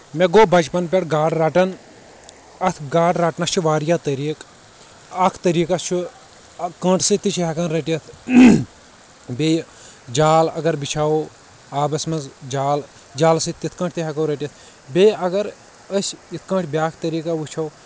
مےٚ گوٚو بچپن پٮ۪ٹھ گاڈٕ رٹان اتھ گاڈٕ رٹنس چھِ واریاہ طٔریٖقہٕ اکھ طٔریٖقہ چھُ کٲنٹہٕ سۭتۍ تہِ چھِ ہیٚکان رٔٹِتھ بییٚہِ جال اگر بچھاوو آبس منٛز جال جالہٕ سۭتۍ تتھ کٲنٛٹھۍ تہِ ہیٚکو رٔٹتھ بییٚہِ اگر أسۍ یتھ کٲٹھۍ بیاکھ طٔریٖقہ وٕچھو